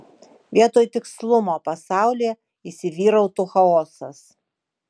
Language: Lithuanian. vietoj tikslumo pasaulyje įsivyrautų chaosas